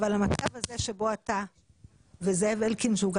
אבל המצב הזה שבו אתה וזאב אלקין שהוא גם